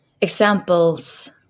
examples